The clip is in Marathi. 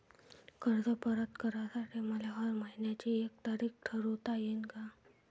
कर्ज परत करासाठी मले हर मइन्याची एक तारीख ठरुता येईन का?